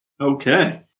Okay